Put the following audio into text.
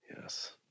Yes